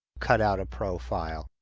cut out a profile,